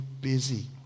busy